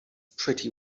pretty